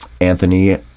Anthony